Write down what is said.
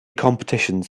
competitions